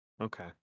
Okay